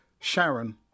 Sharon